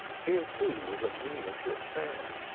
here, too, was a miniature fair,